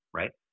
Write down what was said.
right